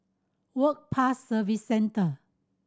Work Pass Service Centre